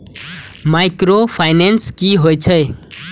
Micro finance कि होई छै?